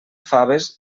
faves